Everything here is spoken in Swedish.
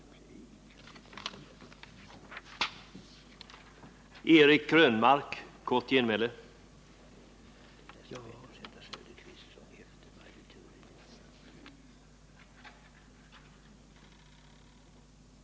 tets inverkan på vissa försvarskostnader